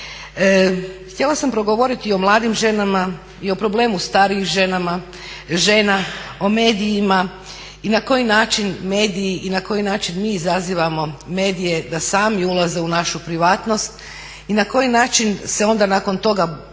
Htjela sam progovoriti i o mladim ženama i o problemu starijih žena, o medijima i na koji način mediji i na koji način mi izazivamo medije da sami ulaze u našu privatnost i na koji način se onda nakon toga borimo